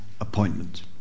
appointment